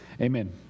Amen